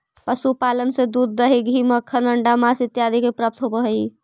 पशुपालन से दूध, दही, घी, मक्खन, अण्डा, माँस इत्यादि के प्राप्ति होवऽ हइ